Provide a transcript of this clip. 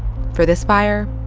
for this fire,